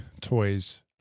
toys